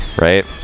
right